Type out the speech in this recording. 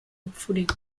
opvoeding